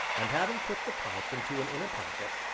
and having put the pipe into an inner pocket,